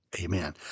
Amen